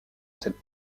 cette